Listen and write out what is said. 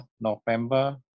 November